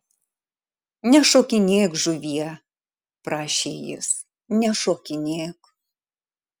nešokinėk žuvie prašė jis nešokinėk